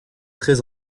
très